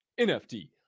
NFT